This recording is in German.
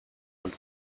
und